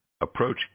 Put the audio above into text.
approach